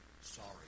Sorry